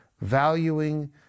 valuing